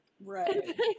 Right